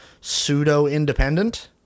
pseudo-independent